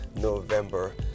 November